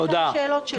אלה השאלות שלי.